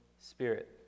Spirit